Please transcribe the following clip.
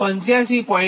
58 93